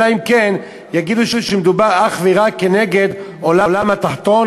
אלא אם כן יגידו שמדובר אך ורק נגד העולם התחתון,